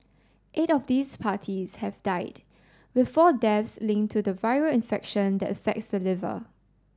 eight of these parties have died with four deaths linked to the viral infection that affects the liver